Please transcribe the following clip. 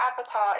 avatar